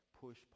push